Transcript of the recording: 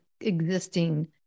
existing